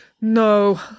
No